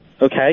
Okay